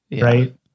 right